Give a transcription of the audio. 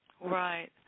Right